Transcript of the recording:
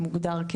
שמוגדר,